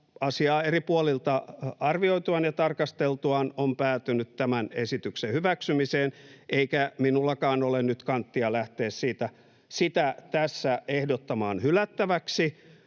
asiaa eri puolilta arvioituaan ja tarkasteltuaan on päätynyt tämän esityksen hyväksymiseen, eikä minullakaan ole nyt kanttia lähteä sitä tässä ehdottamaan hylättäväksi,